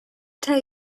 tell